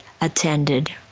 attended